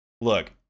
Look